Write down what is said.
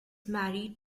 married